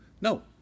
No